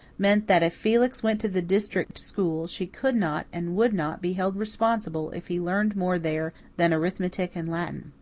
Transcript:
meant that if felix went to the district school she could not and would not be held responsible if he learned more there than arithmetic and latin.